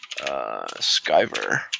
Skyver